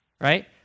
right